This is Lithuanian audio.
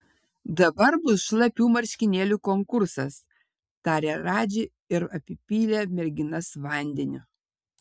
dabar bus šlapių marškinėlių konkursas tarė radži ir apipylė merginas vandeniu